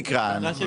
לא, אין תקרה.